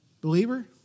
Believer